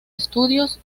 estudios